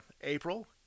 April